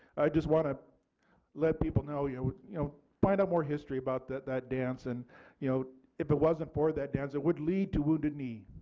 i just want to let people know yeah you know find out more history about that that dance and you know if it wasn't for that dance it would lead to wounded knee